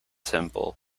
simple